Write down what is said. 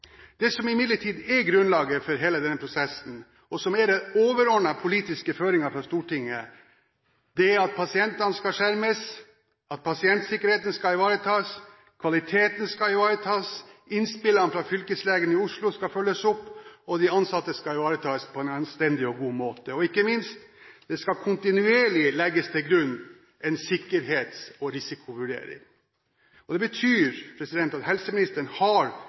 Det som imidlertid er grunnlaget for hele denne prosessen, og som er de overordnede politiske føringene for Stortinget, er at pasientene skal skjermes, pasientsikkerheten skal ivaretas, kvaliteten skal ivaretas, innspillene fra fylkeslegen i Oslo skal følges opp, og de ansatte skal ivaretas på en anstendig og god måte. Og ikke minst – det skal kontinuerlig legges til grunn en sikkerhets- og risikovurdering. Det betyr at helseministeren har